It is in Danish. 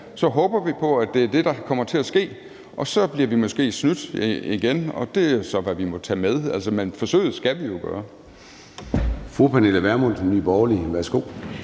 så håber vi på, at det er det, der kommer til at ske. Så bliver vi måske snydt igen, og det er så, hvad vi må tage med; men forsøget skal vi jo gøre.